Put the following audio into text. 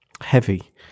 heavy